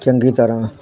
ਚੰਗੀ ਤਰ੍ਹਾਂ